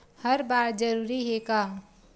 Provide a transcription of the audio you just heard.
हर बार जरूरी हे का?